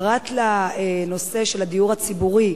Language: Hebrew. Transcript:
פרט לנושא הדיור הציבורי,